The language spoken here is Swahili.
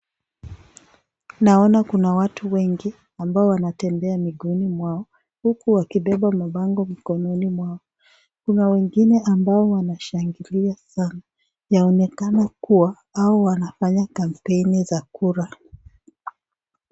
Naona kuna watu wengi ambao wanatembea miguuni mwao huku wakibeba mango mikononi mwao kuna wengine ambao wanashangilia sana inaonekana kuwa hawa wanafanya kampaini za Kura.